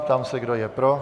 Ptám se, kdo je pro.